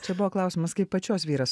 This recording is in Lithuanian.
čia buvo klausimas kaip pačios vyras